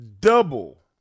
double